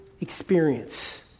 experience